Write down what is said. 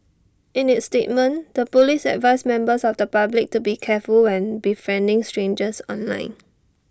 in its statement the Police advised members of the public to be careful when befriending strangers online